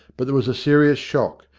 but there was a serious shock,